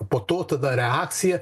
po to tada reakcija